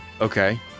Okay